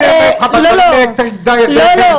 אתה לא --- אני כן אלמד אותך --- לא לא,